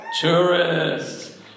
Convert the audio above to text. Tourists